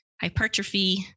hypertrophy